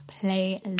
play